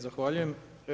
Zahvaljujem.